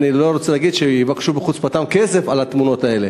אני לא רוצה להגיד שהם יבקשו בחוצפתם כסף על התמונות האלה,